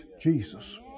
Jesus